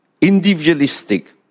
individualistic